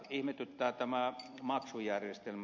ihmetyttää tämä maksujärjestelmä